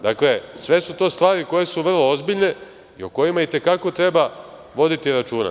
Dakle, to su sve stvari koje su vrlo ozbiljne i o kojima i te kako treba voditi računa.